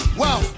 wow